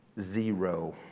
Zero